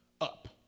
up